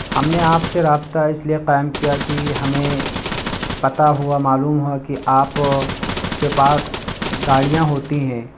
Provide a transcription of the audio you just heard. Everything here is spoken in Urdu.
ہم نے آپ سے رابطہ اس لیے قائم کیا کہ ہمیں پتا ہوا معلوم ہوا کہ آپ کے پاس گاڑیاں ہوتی ہیں